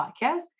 podcast